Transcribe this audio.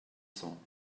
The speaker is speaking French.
cents